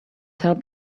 helped